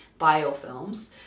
biofilms